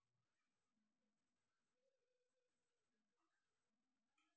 ಭತ್ತವನ್ನು ಮೊದಲು ಗೋದಾಮಿನಲ್ಲಿ ರೈತರು ಎಷ್ಟು ದಿನದವರೆಗೆ ಇಡಬಹುದು?